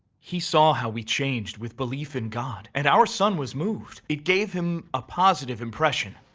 he saw how we changed with belief in god. and our son was moved. it gave him a positive impression.